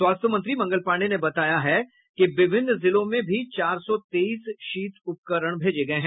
स्वास्थ्य मंत्री मंगल पांडे ने बताया कि विभिन्न जिलों में भी चार सौ तेईस शीत उपकरण भेजे गये हैं